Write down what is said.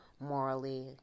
morally